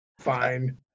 Fine